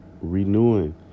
renewing